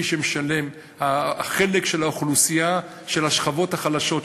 מי שמשלם את המע"מ זה החלק של האוכלוסייה של השכבות החלשות,